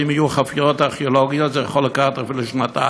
ואם יהיו חפירות ארכיאולוגיות זה יכול לקחת אפילו שנתיים.